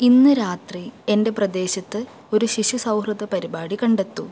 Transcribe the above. ഇന്ന് രാത്രി എന്റെ പ്രദേശത്ത് ഒരു ശിശു സൗഹൃദ പരിപാടി കണ്ടെത്തൂ